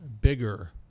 bigger